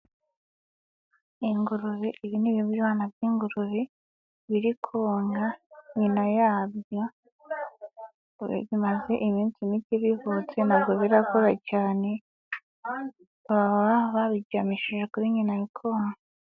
Ingurube, ibi ni ibwana by'ingurube biri konka nyina yabyo, bimaze iminsi mike bivutse ntabwo birakura cyane baba babiryamishije kuri nyina bikonka.